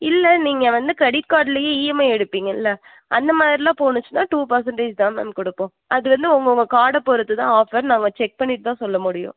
இல்லை நீங்கள் வந்து கிரெடிட் கார்ட்லேயே இஎம்ஐ எடுப்பீங்கள்ல அந்த மாதிரிலாம் போணுச்சுனால் டூ பெர்சண்டேஜ் தான் மேம் கொடுப்போம் அது வந்து அவங்க அவங்க கார்டை பொறுத்து தான் ஆஃபர் நாங்கள் செக் பண்ணிவிட்டு தான் சொல்ல முடியும்